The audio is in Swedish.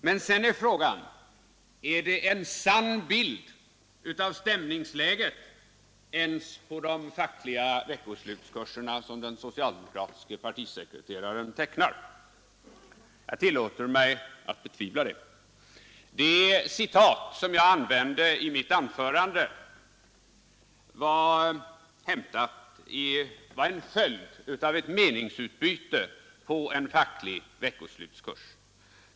Sedan är frågan: Är det en sann bild av stämningsläget ens på de fackliga veckoslutskurserna som den socialdemokratiske partisekreteraren tecknar? Jag tillåter mig att betvivla detta. Det citat jag använde i mitt anförande var en följd av ett meningsutbyte på en facklig veckoslutskurs.